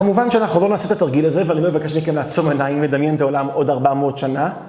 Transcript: כמובן שאנחנו לא נעשה את התרגיל הזה, ואני מבקש מכם לעצום עיניים, לדמיין את העולם עוד 400 שנה.